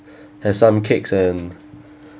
have some cake and